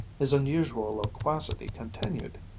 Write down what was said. his unusual loquacity continued.